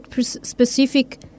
specific